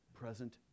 present